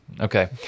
Okay